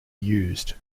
used